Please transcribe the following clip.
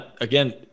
Again